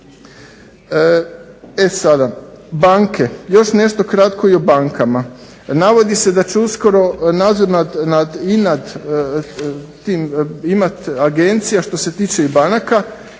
E sada banke, još nešto kratko i o bankama. Navodi se da će uskoro nadzor i nad tim imati Agencija što se tiče i banaka.